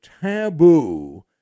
taboo